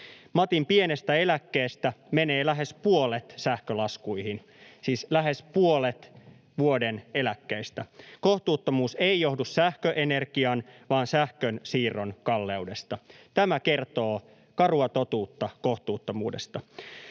lähes puolet sähkölaskuihin, siis lähes puolet vuoden eläkkeistä. Kohtuuttomuus ei johdu sähköenergian vaan sähkönsiirron kalleudesta. Tämä kertoo karua totuutta kohtuuttomuudesta.